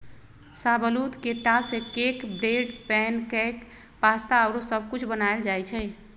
शाहबलूत के टा से cake, bread, pancake, pasta आउरो सब कुछ बनायल जाइ छइ